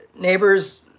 neighbors